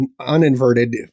uninverted